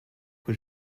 que